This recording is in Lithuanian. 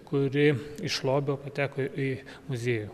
kuri iš lobio pateko į muziejų